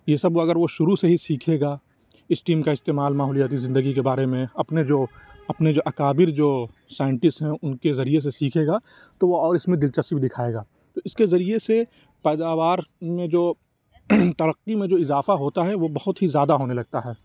یہ سب اگر وہ شروع سے ہی سیکھے گا اسٹیم کا استعمال ماحولیاتی زندگی کے بارے میں اپنے جو اپنے جو اکابر جو سائنٹسٹ ہیں ان کے ذریعے سے سیکھے گا تو وہ اور اس میں دلچسپی دکھائے گا تو اس کے ذریعے سے پیداوار میں جو ترقی میں جو اضافہ ہوتا ہے وہ بہت ہی زیادہ ہونے لگتا ہے